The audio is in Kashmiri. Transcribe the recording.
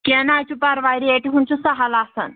کیٚنٛہہ نہ حظ چھُ پَرواے ریٹہِ ہُنٛد چھُ سَہل آسان